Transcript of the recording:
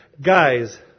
Guys